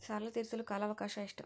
ಸಾಲ ತೇರಿಸಲು ಕಾಲ ಅವಕಾಶ ಎಷ್ಟು?